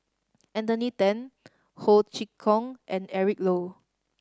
Anthony Then Ho Chee Kong and Eric Low